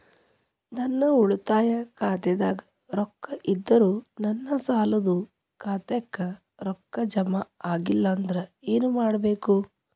ನನ್ನ ಉಳಿತಾಯ ಖಾತಾದಾಗ ರೊಕ್ಕ ಇದ್ದರೂ ನನ್ನ ಸಾಲದು ಖಾತೆಕ್ಕ ರೊಕ್ಕ ಜಮ ಆಗ್ಲಿಲ್ಲ ಅಂದ್ರ ಏನು ಮಾಡಬೇಕು?